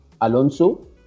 Alonso